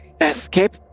Escape